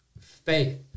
faith